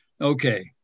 Okay